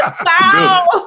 Wow